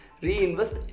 Reinvest